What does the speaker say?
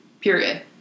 period